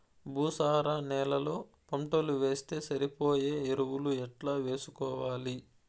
భూసార నేలలో పంటలు వేస్తే సరిపోయే ఎరువులు ఎట్లా వేసుకోవాలి?